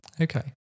Okay